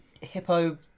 hippo